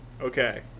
Okay